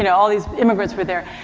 you know all these immigrants were there,